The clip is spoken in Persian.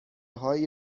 هایی